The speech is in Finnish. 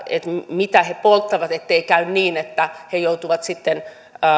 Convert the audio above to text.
mitä he polttavat käy niin että he joutuvat sitten